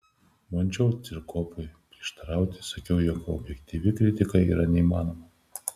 bandžiau ciklopui prieštarauti sakiau jog objektyvi kritika yra neįmanoma